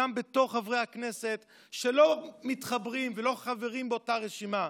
גם בין חברי הכנסת שלא מתחברים ולא חברים באותה רשימה.